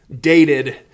dated